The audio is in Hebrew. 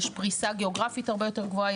יש פריסה גיאוגרפית הרבה יותר גבוהה,